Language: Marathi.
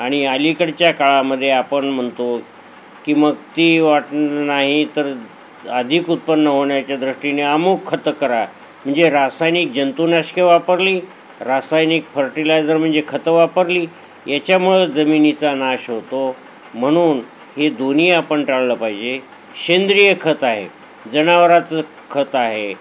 आणि अलीकडच्या काळामध्ये आपण म्हणतो की मग ती वाट नाही तर अधिक उत्पन्न होण्याच्या दृष्टीने अमूक खतं करा म्हणजे रासायनिक जंतुनाशके वापरली रासायनिक फर्टिलायझर म्हणजे खतं वापरली याच्यामुळं जमिनीचा नाश होतो म्हणून हे दोन्ही आपण टाळलं पाहिजे सेंद्रिय खत आहे जनावराचं खत आहे